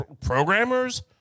programmers